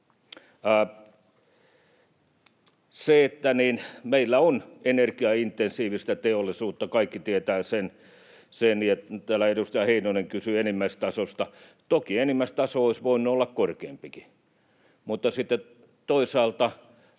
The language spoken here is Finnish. Sen, että meillä on energiaintensiivistä teollisuutta, kaikki tietävät. Täällä edustaja Heinonen kysyi enimmäistasosta. Toki enimmäistaso olisi voinut olla korkeampikin. Mutta sitten toisaalta